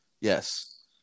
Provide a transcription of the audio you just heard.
yes